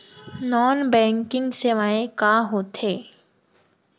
Non banking सेवाएं का होथे?